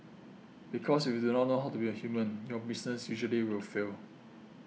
because if you do not know how to be a human your business usually will fail